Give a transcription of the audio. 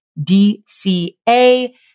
DCA